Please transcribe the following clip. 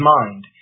mind